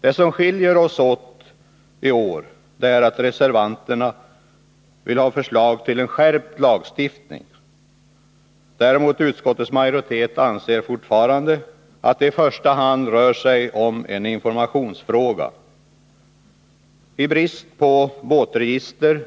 Det som skiljer oss åt är att reservanterna vill ha förslag till skärpt lagstiftning, medan utskottets majoritet däremot anser att det i första hand rör sig om en informationsfråga. Med tanke på att det inte finns något båtregister